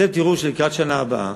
אתם תראו שלקראת שנה הבאה,